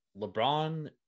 LeBron